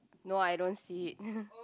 no I don't see it